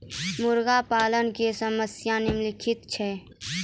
मुर्गा पालन के समस्या निम्नलिखित छै